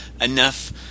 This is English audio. enough